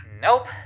Nope